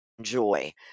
joy